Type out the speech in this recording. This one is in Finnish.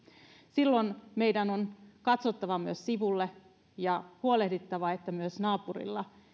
silloin meidän on katsottava myös sivulle ja huolehdittava että myös naapurilla